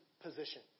position